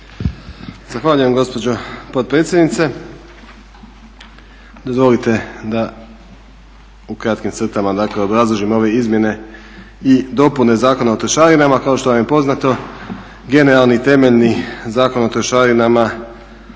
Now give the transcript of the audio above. Zahvaljujem gospođo potpredsjednice. Dozvolite da u kratkim crtama obrazložim ove izmjene i dopune Zakona o trošarinama. Kao što vam je poznato generalni temeljni Zakon o trošarinama